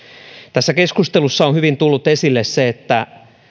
tässä keskustelussa on hyvin tullut esille se että